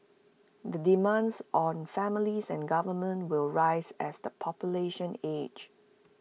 the demands on families and government will rise as the population ages